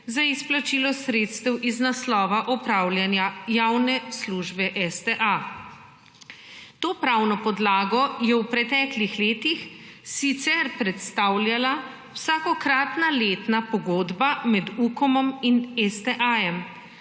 za izplačilo sredstev iz naslova opravljanja javne službe STA. To pravno podlago je v pretekih letih sicer predstavljala vsakokratna letna pogodba med UKOM in STA,